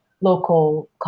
local